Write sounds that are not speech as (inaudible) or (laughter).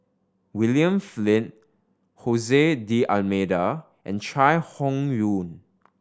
William Flint (unintelligible) D'Almeida and Chai Hon Yoong